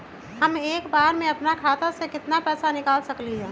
हम एक बार में अपना खाता से केतना पैसा निकाल सकली ह?